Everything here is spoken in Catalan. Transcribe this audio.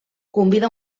convida